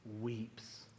weeps